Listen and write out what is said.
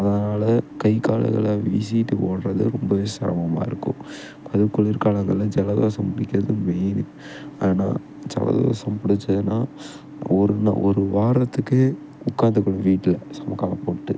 அதனால் கை கால்களை வீசிக்கிட்டு ஓடுறது ரொம்பவே செரமமாக இருக்கும் அதுவும் குளிர்காலங்களில் ஜலதோஷம் பிடிக்கிறது மெயின்னு ஆனால் ஜலதோஷம் பிடிச்சிதுன்னா ஒரு ஒருவாரத்துக்கு உட்காந்துக்கணும் வீட்டில் ஜமுக்காளம் போட்டு